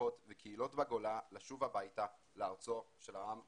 משפחות וקהילות בגולה לשוב הביתה לארצו של העם היהודי.